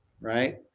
Right